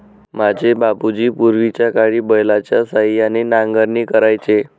माझे बाबूजी पूर्वीच्याकाळी बैलाच्या सहाय्याने नांगरणी करायचे